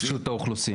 רשות האוכלוסין.